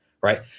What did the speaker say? right